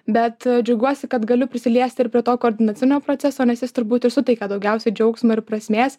bet džiaugiuosi kad galiu prisiliesti prie to koordinacinio proceso nes jis turbūt ir suteikia daugiausiai džiaugsmo ir prasmės